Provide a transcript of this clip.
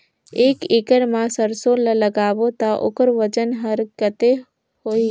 एक एकड़ मा सरसो ला लगाबो ता ओकर वजन हर कते होही?